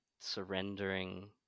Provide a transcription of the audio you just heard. surrendering